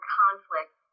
conflict